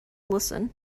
listen